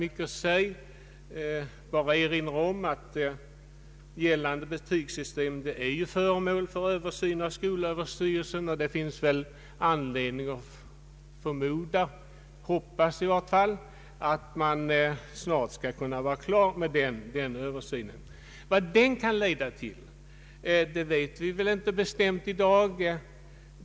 Jag vill bara erinra om att gällande betygssystem är föremål för översyn i skolöverstyrelsen, och det finns väl anledning att förmoda — hoppas jag i varje fall — att man snart skall vara klar med den översynen. Vad den kan leda till, vet vi väl inte bestämt i dag.